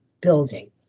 building